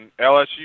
LSU